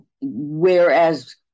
whereas